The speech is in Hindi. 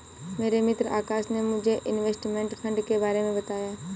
मेरे मित्र आकाश ने मुझे इनवेस्टमेंट फंड के बारे मे बताया